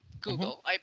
google